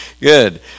Good